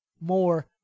more